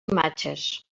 imatges